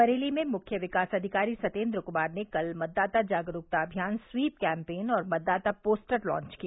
बरेली में मुख्य विकास अधिकारी सतेन्द्र क्मार ने कल मतदाता जागरूकता अभियान स्वीप कैम्पेन और मतदाता पोस्टर लांच किया